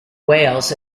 wales